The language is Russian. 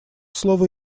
слово